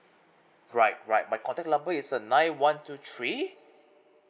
right right my contact number is uh nine one two three